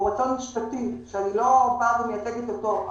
רצון משפטי שאני לא באה ומייצגת אותו.